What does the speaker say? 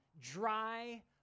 dry